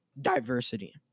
diversity